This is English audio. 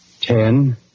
ten